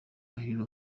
ahitwa